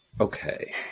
Okay